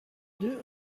deux